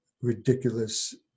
ridiculous